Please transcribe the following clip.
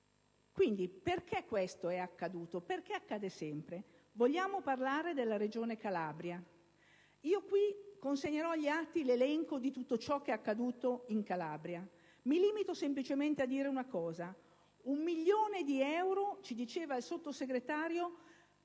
Quindi, perché questo è accaduto? Perché accade sempre? Vogliamo parlare della Regione Calabria? Lascerò agli atti l'elenco di tutto ciò che è accaduto in Calabria e mi limito semplicemente a citare un dato: un milione di euro, come ci diceva il Sottosegretario,